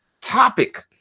topic